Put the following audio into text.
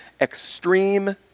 extreme